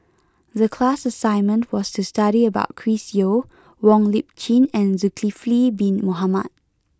the class assignment was to study about Chris Yeo Wong Lip Chin and Zulkifli bin Mohamed